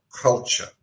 culture